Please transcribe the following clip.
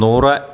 നൂറ്